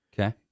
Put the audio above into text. Okay